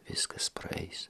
viskas praeis